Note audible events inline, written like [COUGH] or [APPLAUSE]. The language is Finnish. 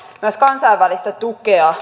myös kansainvälistä tukea [UNINTELLIGIBLE]